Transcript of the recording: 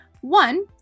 one